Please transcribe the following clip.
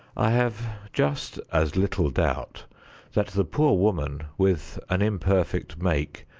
i have just as little doubt that the poor woman, with an imperfect make,